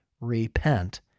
repent